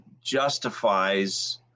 justifies